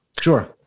Sure